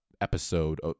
episode